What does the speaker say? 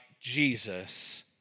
Jesus